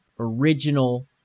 original